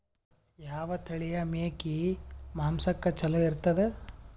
ಯಾವ ತಳಿಯ ಮೇಕಿ ಮಾಂಸಕ್ಕ ಚಲೋ ಇರ್ತದ?